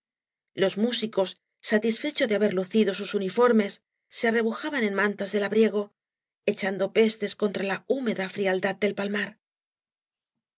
los músieos satisfechos de haber lucido sus uniformes se arrebujaban en mantas de labriego echando pestes contra la húmeda frialdad del palmar